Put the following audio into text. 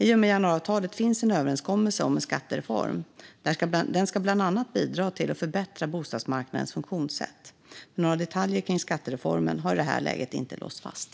I och med januariavtalet finns en överenskommelse om en skattereform. Den ska bland annat bidra till att förbättra bostadsmarknadens funktionssätt. Några detaljer kring skattereformen har i det här läget inte låsts fast.